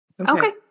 Okay